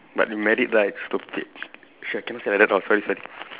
but you married right stupid shit I cannot say like that for friends right